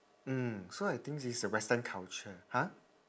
mm so I think this is a western culture !huh!